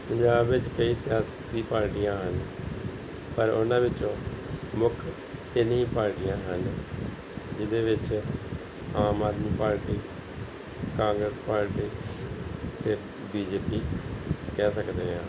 ਪੰਜਾਬ ਵਿੱਚ ਕਈ ਸਿਆਸੀ ਪਾਰਟੀਆਂ ਹਨ ਪਰ ਉਹਨਾਂ ਵਿੱਚੋਂ ਮੁੱਖ ਤਿੰਨ ਹੀ ਪਾਰਟੀਆਂ ਹਨ ਜਿਹਦੇ ਵਿੱਚ ਆਮ ਆਦਮੀ ਪਾਰਟੀ ਕਾਂਗਰਸ ਪਾਰਟੀ ਅਤੇ ਬੀ ਜੇ ਪੀ ਕਹਿ ਸਕਦੇ ਹਾਂ